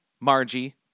Margie